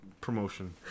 promotion